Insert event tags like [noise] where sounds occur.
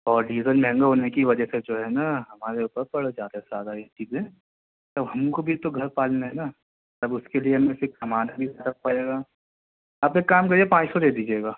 اور ڈیزل مہنگا ہونے کی وجہ سے جو ہے نا ہمارے اوپر تھوڑا زیادہ سے زیادہ [unintelligible] ہے ہم کو بھی تو گھر پالنا ہے نا جب اس کے لیے [unintelligible] کمانا بھی پڑے گا آپ ایک کام کریے پانچ سو دے دیجیے گا